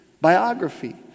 biography